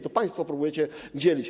To państwo próbujecie dzielić.